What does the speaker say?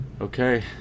Okay